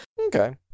Okay